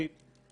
על העניין הזה.